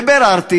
וביררתי